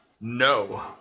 No